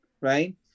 right